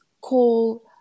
call